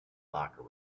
locker